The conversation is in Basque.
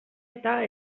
eta